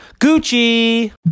Gucci